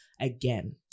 again